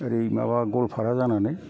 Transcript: ओरै माबा गलफारा जानानै